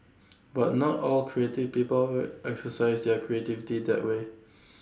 but not all creative people exercise their creativity that way